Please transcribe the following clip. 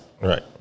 Right